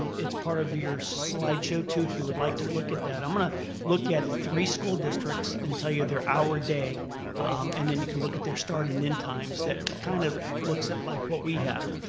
it's part of your slideshow too if you would like to look at that. i'm gonna look at three school districts and tell you their hour day and then you can look at their start and end times that kind of looks at like what we have.